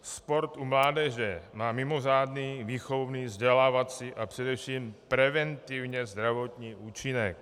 Sport u mládeže má mimořádný výchovný, vzdělávací a především preventivně zdravotní účinek.